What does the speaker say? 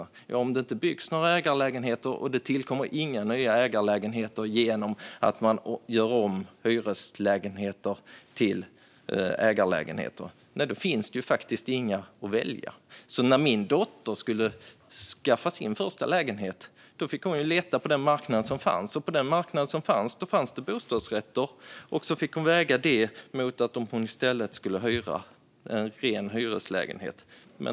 Men om det inte byggs några ägarlägenheter och inte tillkommer några nya ägarlägenheter genom att man ombildar hyreslägenheter till ägarlägenheter finns det ju inga att välja. När min dotter skulle skaffa sin första lägenhet fick hon leta på den marknad som fanns, och där fanns bostadsrätter. Hon fick väga att köpa en bostadsrätt mot att hyra en hyreslägenhet.